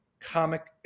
comic